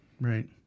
Right